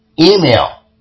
Email